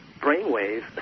brainwaves